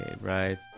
Right